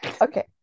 Okay